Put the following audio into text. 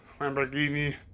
Lamborghini